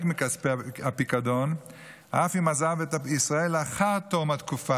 מכספי הפיקדון אף אם עזב את ישראל לאחר תום תקופה